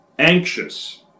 anxious